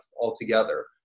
altogether